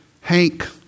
Hank